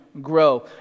grow